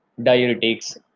diuretics